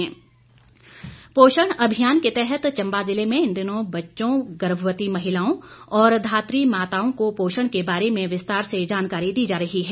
पोषण अभियान पोषण अभियान के तहत चंबा ज़िले में इन दिनों बच्चों गर्भवती महिलाओं और धातृ माताओं को पोषण क बारे में विस्तार से जानकारी दी जा रही है